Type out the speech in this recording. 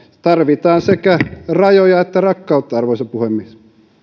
tarvitaan sekä rajoja että rakkautta arvoisa puhemies